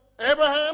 Abraham